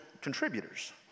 contributors